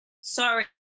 Sorry